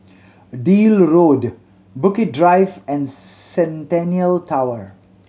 Deal Road Bukit Drive and Centennial Tower